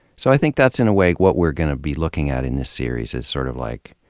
so i think that's in a way what we're gonna be looking at in this series, is sort of like,